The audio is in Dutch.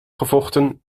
gevochten